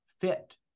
fit